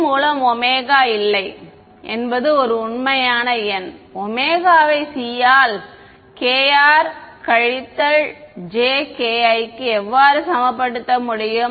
c மூலம் ω இல்லை என்பது ஒரு உண்மையான எண் ω வை c ஆல் k r கழித்தல் jk i க்கு எவ்வாறு சமப்படுத்த முடியும்